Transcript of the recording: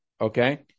Okay